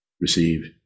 receive